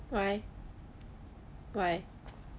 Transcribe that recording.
why why